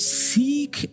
seek